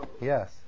yes